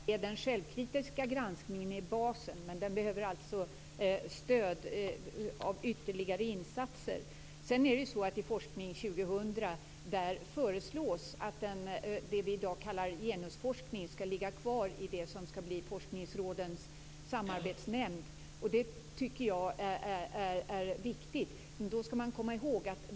Fru talman! Den självkritiska granskningen är basen. Den behöver stöd av ytterligare insatser. I Forskning 2000 föreslås att det vi i dag kallar genusforskning skall ligga kvar i det som skall bli forskningsrådens samarbetsnämnd. Det är viktigt.